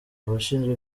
abashinzwe